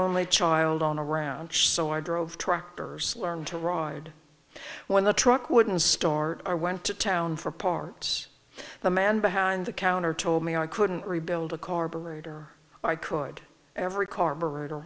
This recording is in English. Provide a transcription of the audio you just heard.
only child on a round so i drove tractors learned to ride when the truck wouldn't start or went to town for parts the man behind the counter told me i couldn't rebuild a carburetor or i could every carburetor